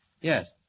Yes